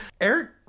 eric